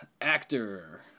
actor